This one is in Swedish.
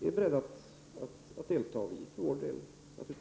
deltar i debatten nu är beredda att delta i den processen.